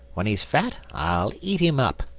when he's fat i'll eat him up.